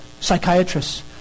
psychiatrists